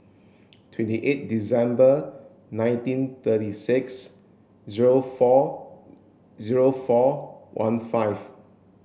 twenty eight December nineteen thirty six zero four zero four one five